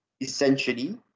Essentially